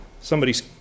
Somebody's